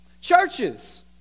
Churches